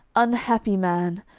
unhappy man!